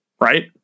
right